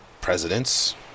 presidents